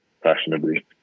fashionably